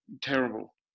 terrible